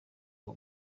uwo